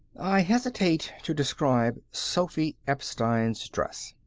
i hesitate to describe sophy epstein's dress.